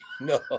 No